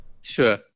Sure